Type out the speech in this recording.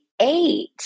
Eight